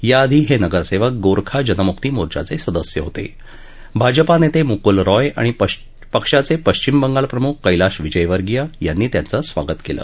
याआधी हत्तिगरसद्वक गोरखा जनमुक्ती मोर्चाचसिदस्य होत आजपा नत्तमुक्तूल रॉय आणि पक्षाचप्रशिम बंगाल प्रमुख कैलाश विजयवर्गीय यांनी त्यांचं स्वागत क्वि